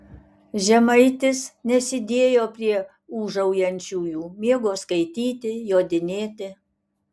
žemaitis nesidėjo prie ūžaujančiųjų mėgo skaityti jodinėti